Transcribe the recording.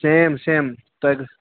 same سیم تۅہہِ